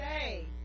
say